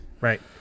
right